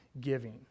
giving